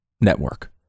network